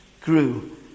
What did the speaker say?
grew